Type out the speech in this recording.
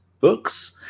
books